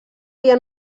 via